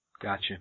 Gotcha